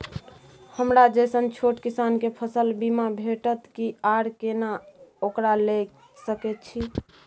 हमरा जैसन छोट किसान के फसल बीमा भेटत कि आर केना ओकरा लैय सकैय छि?